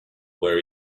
where